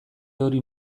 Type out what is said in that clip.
hori